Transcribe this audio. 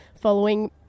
following